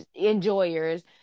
enjoyers